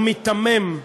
הוא מיתמם.